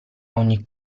ogni